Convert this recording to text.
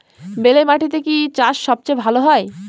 বেলে মাটিতে কি চাষ সবচেয়ে ভালো হয়?